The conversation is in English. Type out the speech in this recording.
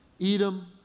Edom